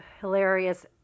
hilarious